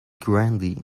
grandee